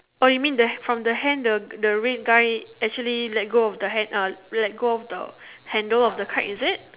oh you mean there from the hand the the red guy actually let go of the hand uh let go of the handle of the kite is it